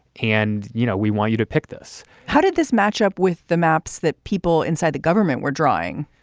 and you know, we want you to pick this how did this match up with the maps that people inside the government were drawing?